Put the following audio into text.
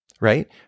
right